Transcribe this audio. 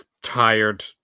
tired